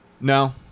No